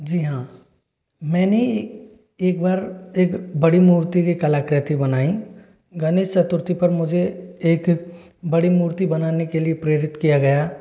जी हाँ मैंने एक बार एक बड़ी मूर्ति की कलाकृति बनाई गणेश चतुर्थी पर मुझे एक बड़ी मूर्ति बनाने के लिए प्रेरित किया गया